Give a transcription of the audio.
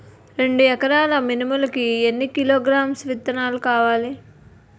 రెండు ఎకరాల మినుములు కి ఎన్ని కిలోగ్రామ్స్ విత్తనాలు కావలి?